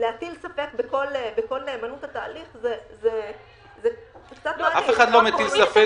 להטיל ספק בכל מהימנות התהליך זה קצת לא --- אף אחד לא מטיל ספק